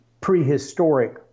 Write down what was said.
prehistoric